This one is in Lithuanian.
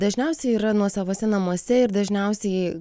dažniausiai yra nuosavuose namuose ir dažniausiai